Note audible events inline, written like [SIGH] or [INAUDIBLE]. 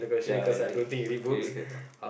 ya I [NOISE]